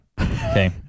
Okay